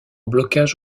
blocage